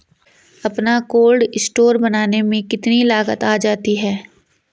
अपना cold store बनाने में कितनी लागत आ जाती है?